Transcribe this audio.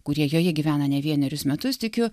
kurie joje gyvena ne vienerius metus tikiu